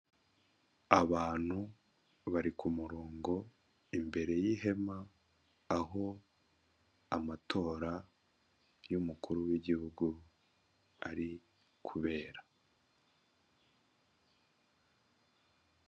Abantu bari ku murongo imbere y'ihema aho amatora y'umukuru w'igihugu ari kubera.